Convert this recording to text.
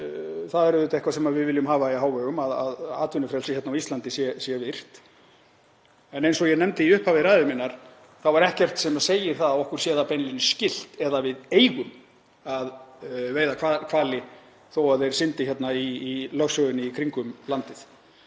það er auðvitað eitthvað sem við viljum hafa í hávegum, að atvinnufrelsi hérna á Íslandi sé virt, en eins og ég nefndi í upphafi ræðu minnar þá er ekkert sem segir að okkur sé það beinlínis skylt eða við eigum að veiða hvali þó að þeir syndi hérna í lögsögunni í kringum landið.